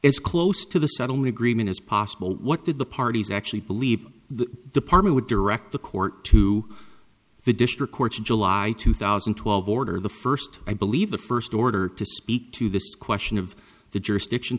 as close to the settlement agreement as possible what did the parties actually believe the department would direct the court to the district court in july two thousand and twelve ordered the first i believe the first order to speak to this question of the jurisdiction